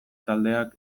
taldeak